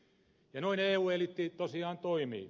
ja noin eu eliitti tosiaan toimii